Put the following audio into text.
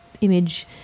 image